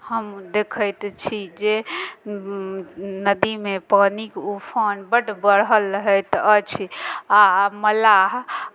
हम देखैत छी जे नदीमे पानिक उफान बड बढ़ल रहैत अछि आ मल्लाह